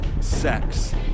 Sex